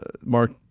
Mark